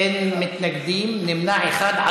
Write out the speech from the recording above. אין מתנגדים, נמנע אחד.